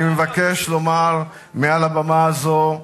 אני מבקש לומר מעל הבמה הזאת: